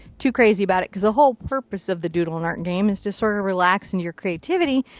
to crazy about it. because the whole purpose of the doodle in art game is to sort of relax in your creativity.